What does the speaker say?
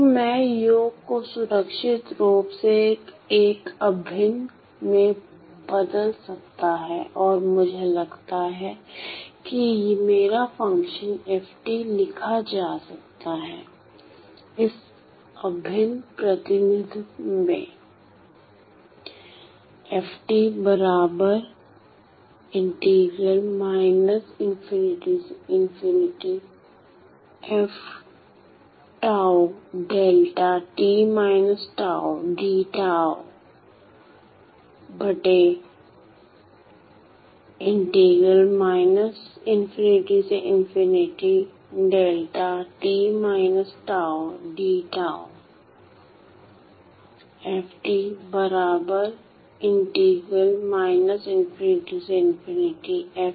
तो मैं योग को सुरक्षित रूप से एक अभिन्न में बदल सकता है और मुझे लगता है कि मेरा फ़ंक्शन f लिखा जा सकता है इस अभिन्न प्रतिनिधित्व में तो I' का अभिन्न समकक्ष है